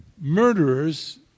murderers